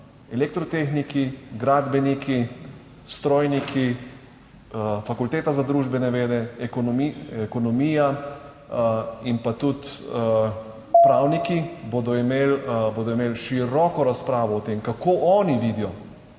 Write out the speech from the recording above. Elektrotehniki, gradbeniki, strojniki, fakulteta za družbene vede, ekonomija in pa tudi bodo imeli, bodo imeli široko razpravo o tem kako oni vidijo